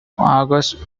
august